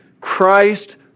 Christ